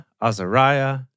Azariah